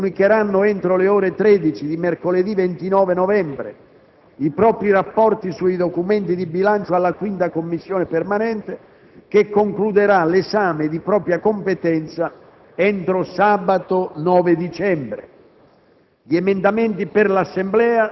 Le Commissioni permanenti comunicheranno entro le ore 13 di mercoledì 29 novembre i propri rapporti sui documenti di bilancio alla 5a Commissione permanente, che concluderà l'esame di propria competenza entro sabato 9 dicembre.